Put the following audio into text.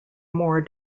more